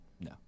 No